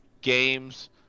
games